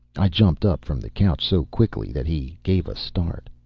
i jumped up from the couch so quickly that he gave a start.